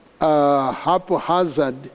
haphazard